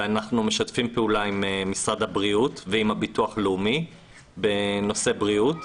ואנחנו משתפים פעולה עם משרד הבריאות ועם הביטוח הלאומי בנושא בריאות.